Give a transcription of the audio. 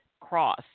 cross